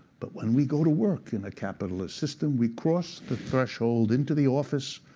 but when we go to work in a capitalist system, we cross the threshold into the office,